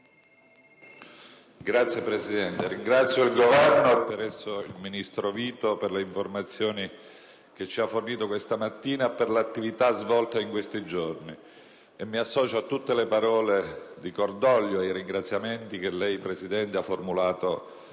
Signor Presidente, ringrazio il Governo, attraverso il ministro Vito, per le informazioni che ci ha fornito questa mattina e per l'attività svolta in questi giorni. Mi associo a tutte le parole di cordoglio e ai ringraziamenti che lei, signor Presidente, ha formulato